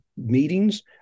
meetings